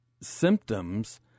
symptoms